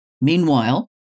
Meanwhile